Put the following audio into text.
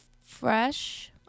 fresh